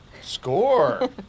Score